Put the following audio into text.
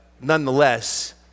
nonetheless